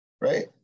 Right